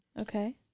Okay